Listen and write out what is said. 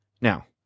now